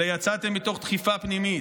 אלא יצאתם מתוך דחיפה פנימית.